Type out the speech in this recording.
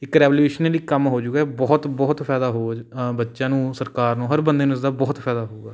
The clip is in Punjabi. ਇੱਕ ਰੈਵੋਲਿਊਸ਼ਨਲੀ ਕੰਮ ਹੋਜੂਗਾ ਇਹ ਬਹੁਤ ਬਹੁਤ ਫਾਇਦਾ ਹੋ ਬੱਚਿਆਂ ਨੂੰ ਸਰਕਾਰ ਨੂੰ ਹਰ ਬੰਦੇ ਨੂੰ ਇਸਦਾ ਬਹੁਤ ਫਾਇਦਾ ਹੋਊਗਾ